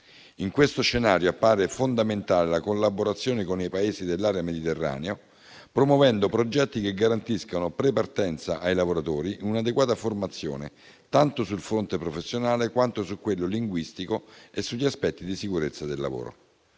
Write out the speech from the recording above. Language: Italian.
In questo scenario appare fondamentale la collaborazione con i Paesi dell'area mediterranea, promuovendo progetti che garantiscano prepartenza ai lavoratori e un'adeguata formazione tanto sul fronte professionale quanto su quello linguistico e sugli aspetti di sicurezza del lavoro.